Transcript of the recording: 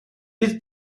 bydd